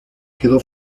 quedó